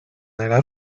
nella